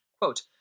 quote